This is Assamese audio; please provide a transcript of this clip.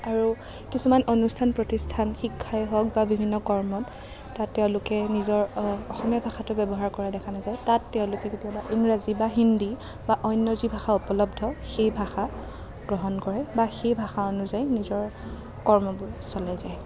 আৰু কিছুমান অনুষ্ঠান প্ৰতিষ্ঠান শিক্ষাই হওক বা বিভিন্ন কৰ্মত তাত তেওঁলোকে নিজৰ অসমীয়া ভাষাটো ব্যৱহাৰ কৰা দেখা নাযায় তাত তেওঁলোকে কেতিয়াবা ইংৰাজী বা হিন্দী বা অন্য যি ভাষা উপলব্ধ সেই ভাষা গ্ৰহণ কৰে বা সেই ভাষা অনুযায়ী নিজৰ কৰ্মবোৰ চলাই যায়